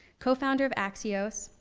co-founder of axios,